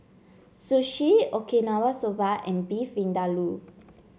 Sushi Okinawa Soba and Beef Vindaloo